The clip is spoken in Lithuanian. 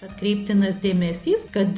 atkreiptinas dėmesys kad